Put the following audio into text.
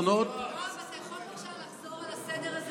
יואב, אתה יכול, בבקשה, לחזור על הסדר הזה?